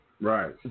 Right